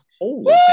Holy